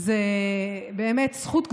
זאת באמת זכות גדולה.